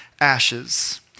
ashes